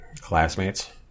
classmates